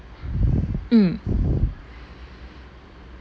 mm